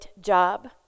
job